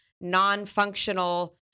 non-functional